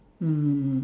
mm